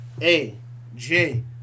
AJ